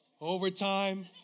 Overtime